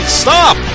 stop